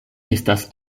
estas